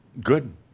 Good